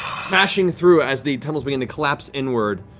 smashing through as the tunnels begin to collapse inward.